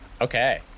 Okay